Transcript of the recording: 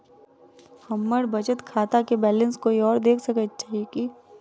हम्मर बचत खाता केँ बैलेंस कोय आओर देख सकैत अछि की